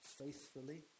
faithfully